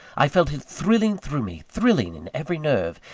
i felt it thrilling through me thrilling in every nerve,